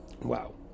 Wow